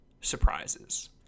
surprises